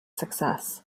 success